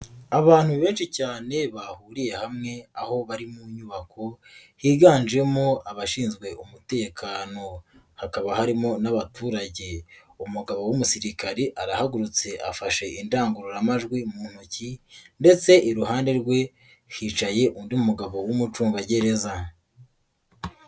Abantu benshi cyane bahuriye hamwe aho bari mu nyubako higanjemo abashinzwe umutekano, hakaba harimo n'abaturage, umugabo w'umusirikare arahagurutse afashe indangururamajwi mu ntoki ndetse iruhande rwe hicaye undi mugabo w'umucungagereza.